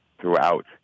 throughout